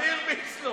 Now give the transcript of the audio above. אני אומר: מי הרביץ לו?